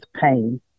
pain